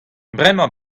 bremañ